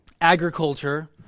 agriculture